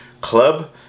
Club